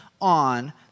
on